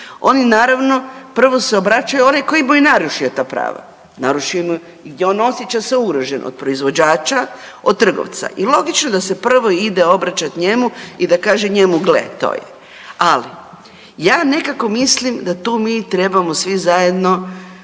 Oni naravno prvo se obraćaju onim koji mu je narušio ta prava, narušio mu i on osjeća se ugroženo od proizvođača od trgovca. I logično da se prvo ide obraćat njemu i da kaže njemu gle toj, ali ja nekako mislim da tu mi trebamo svi zajedno